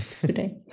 today